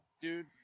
Dude